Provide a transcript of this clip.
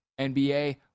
NBA